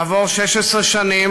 כעבור 16 שנים,